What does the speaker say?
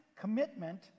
commitment